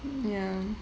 ya